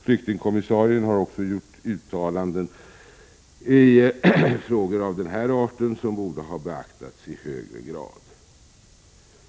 Flyktingkommissarien har gjort uttalanden i frågor av den här arten, som borde ha beaktats i högre grad.